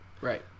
Right